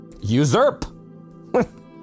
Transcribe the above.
Usurp